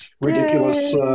ridiculous